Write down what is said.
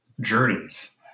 Journeys